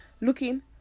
looking